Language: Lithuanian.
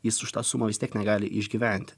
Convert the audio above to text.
jis už tą sumą vis tiek negali išgyventi